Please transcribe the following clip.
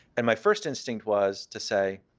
and my first instinct was to say,